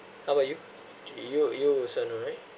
how about you you you also know right